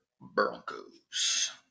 Broncos